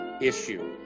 issue